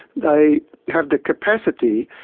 they have the capacity,